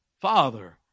Father